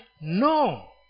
No